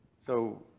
so,